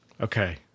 Okay